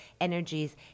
energies